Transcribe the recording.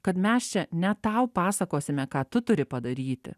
kad mes čia ne tau pasakosime ką tu turi padaryti